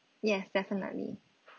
yes definitely